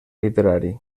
literari